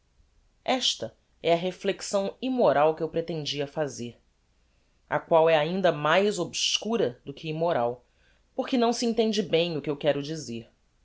esta é a reflexão immoral que eu pretendia fazer a qual é ainda mais obscura do que immoral porque não se entende bem o que eu quero dizer